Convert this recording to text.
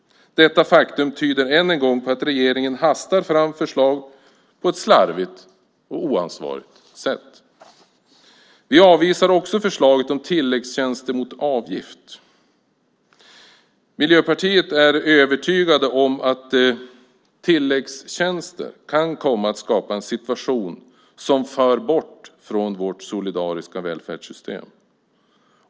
Detta faktum tyder än en gång på att regeringen hastar fram förslag på ett slarvigt och oansvarigt sätt. Vi avvisar också förslaget om tilläggstjänster mot avgift. Miljöpartiet är övertygat om att tilläggstjänster kan komma att skapa en situation som för bort från vårt solidariska välfärdssystem.